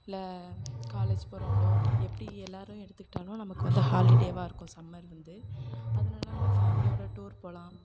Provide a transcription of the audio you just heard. இல்லை காலேஜ் போகிறவங்களோ எப்படி எல்லோரும் எடுத்துக்கிட்டாலும் நமக்கு வந்து ஹாலிடேவாக இருக்கும் சம்மர் வந்து அதனால நம்ம ஃபேமிலியோடு டூர் போகலாம்